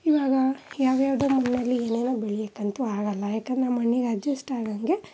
ಇವಾಗ ಯಾವ ಯಾವುದೋ ಮಣ್ಣಲ್ಲಿ ಏನೇನೋ ಬೆಳೆಯಕ್ಕಂತೂ ಆಗಲ್ಲ ಯಾಕಂದರೆ ಮಣ್ಣಿಗೆ ಅಡ್ಜಸ್ಟ್ ಆಗೋಂಗೆ